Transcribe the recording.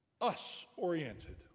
us-oriented